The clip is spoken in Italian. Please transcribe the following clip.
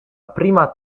prima